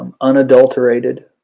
Unadulterated